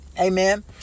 Amen